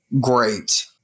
great